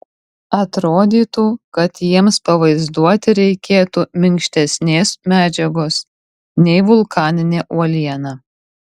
atrodytų kad jiems pavaizduoti reikėtų minkštesnės medžiagos nei vulkaninė uoliena